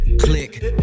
click